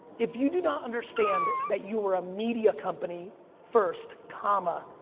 if you do not understand that you are a media company first, comma,